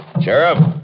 Sheriff